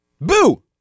Boo